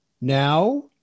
Now